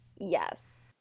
Yes